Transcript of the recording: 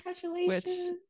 congratulations